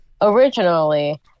originally